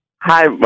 Hi